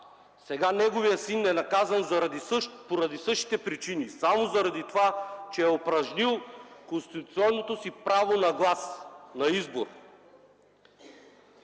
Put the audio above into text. Сега неговият син е наказан поради същите причини – само заради това, че е упражнил конституционното си право на глас, на избор.